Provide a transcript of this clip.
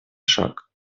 шаг